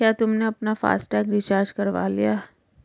क्या तुमने अपना फास्ट टैग रिचार्ज करवा लिया है?